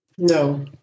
No